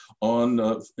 on